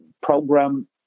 program